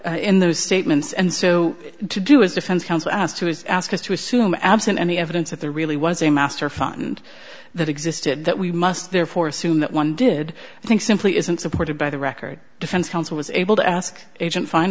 conceded in those statements and so to do as defense counsel as to his ask us to assume absent any evidence that there really was a master fund that existed that we must therefore assume that one did i think simply isn't supported by the record defense counsel was able to ask agent fin